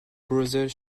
brother